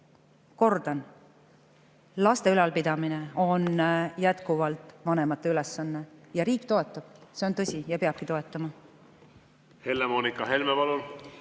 Kordan: laste ülalpidamine on jätkuvalt vanemate ülesanne ja riik toetab, see on tõsi, ja peabki toetama.